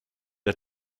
der